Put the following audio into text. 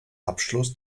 abschluss